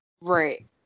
Right